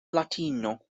latino